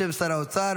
בשם שר האוצר.